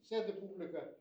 sėdi publika